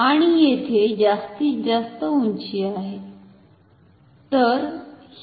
आणि येथे जास्तीत जास्त उंची आहे